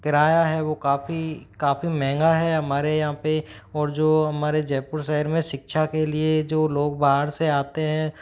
किराया है वो काफ़ी काफ़ी महँगा है हमारे यहाँ पे और जो हमारे जयपुर शहर में शिक्षा के लिये जो लोग बाहर से आते है